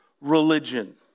religion